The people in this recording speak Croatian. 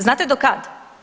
Znate do kad?